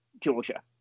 Georgia